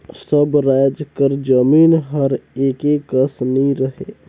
सब राएज कर जमीन हर एके कस नी रहें